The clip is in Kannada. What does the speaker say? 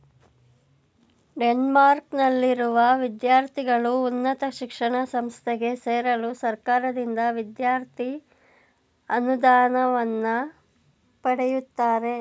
ಡೆನ್ಮಾರ್ಕ್ನಲ್ಲಿರುವ ವಿದ್ಯಾರ್ಥಿಗಳು ಉನ್ನತ ಶಿಕ್ಷಣ ಸಂಸ್ಥೆಗೆ ಸೇರಲು ಸರ್ಕಾರದಿಂದ ವಿದ್ಯಾರ್ಥಿ ಅನುದಾನವನ್ನ ಪಡೆಯುತ್ತಾರೆ